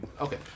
Okay